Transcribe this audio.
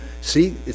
See